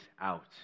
out